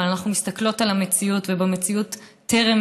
אבל אנחנו מסתכלות על המציאות ובמציאות עוד